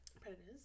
Predators